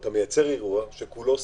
כך מייצרים אירוע שכולו סטרילי,